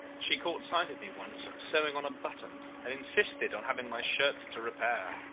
she caught sight of me once, sewing on a button, and insisted on having my shirts to repair.